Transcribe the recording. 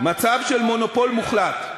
מצב של מונופול מוחלט.